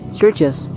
churches